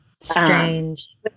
Strange